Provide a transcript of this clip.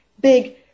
big